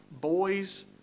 boys